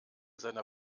seiner